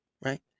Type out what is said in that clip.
right